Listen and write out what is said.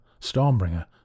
Stormbringer